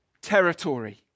territory